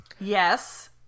Yes